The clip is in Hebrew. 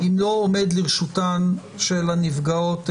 אם הדיון הוא מהותי.